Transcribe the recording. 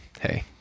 hey